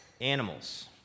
animals